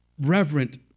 reverent